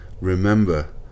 remember